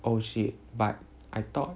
oh shit but I thought